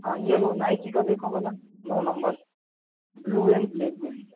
हाँ ये लो नाइकी का देखो भला नौ नंबर ब्लू एन ब्लैक में है ये